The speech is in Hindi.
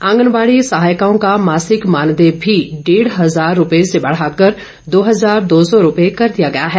आंगनवाड़ी सहायिकाओं का मासिक मानदेय भी डेढ़ हजार रुपए से बढ़ाकर दो हजार दो सौ रुपए कर दिया गया है